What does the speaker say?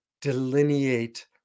delineate